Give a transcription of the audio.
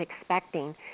expecting